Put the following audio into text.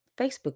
Facebook